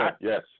Yes